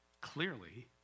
clearly